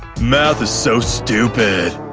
math is so stupid.